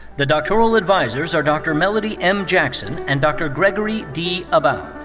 the doctoral advisers are dr. melanie m. jackson and dr. gregory d. abba.